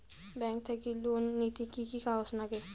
Bank থাকি loan নিতে কি কি কাগজ নাগে?